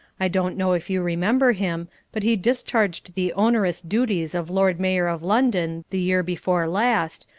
i don't know if you remember him, but he discharged the onerous duties of lord mayor of london the year before last,